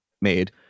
made